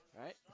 Right